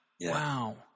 Wow